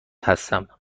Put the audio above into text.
هستم